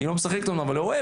היא לא משחקת אמנם אבל אוהבת.